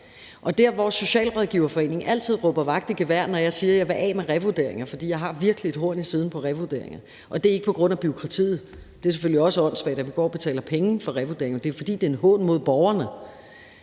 er det. Socialrådgiverforeningen råber indimellem vagt i gevær, når jeg siger, at jeg vil af med revurderinger – og det vil jeg, fordi jeg virkelig har et horn i siden på revurderinger, og det er ikke på grund af bureaukratiet, selv om det selvfølgelig også er åndssvagt, at vi går og betaler penge for revurderinger; det er, fordi det er en hån mod borgerne,